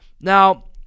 Now